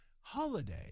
holiday